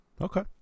Okay